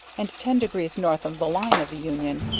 and ten degrees north of the line of the union.